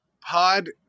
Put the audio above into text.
Pod